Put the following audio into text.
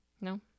No